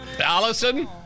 Allison